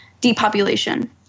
depopulation